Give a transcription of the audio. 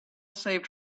saved